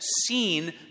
seen